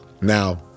Now